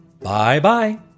Bye-bye